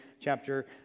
chapter